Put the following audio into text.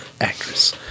actress